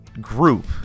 group